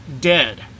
dead